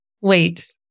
wait